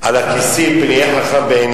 על הכסיל: "פן יהיה חכם בעיניו",